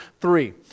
three